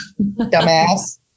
Dumbass